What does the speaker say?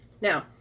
Now